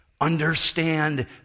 Understand